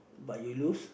but you lose